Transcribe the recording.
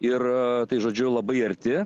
ir tai žodžiu labai arti